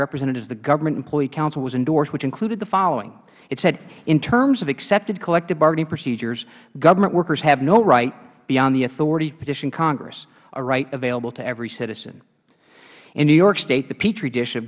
representatives of the government employee council was endorsed which included the following it said in terms of accepted collective bargaining procedures government workers have no right beyond the authority to petition congress a right available to every citizen in new york city the petri dish